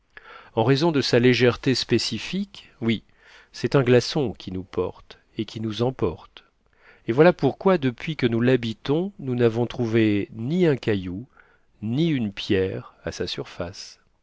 en raison de sa légèreté spécifique oui c'est un glaçon qui nous porte et qui nous emporte et voilà pourquoi depuis que nous l'habitons nous n'avons trouvé ni un caillou ni une pierre à sa surface